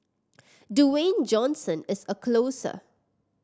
Dwayne Johnson is a closer